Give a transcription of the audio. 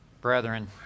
brethren